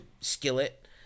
skillet